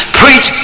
preach